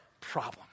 problem